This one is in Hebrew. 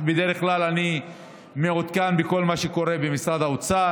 בדרך כלל אני מעודכן בכל מה שקורה במשרד האוצר,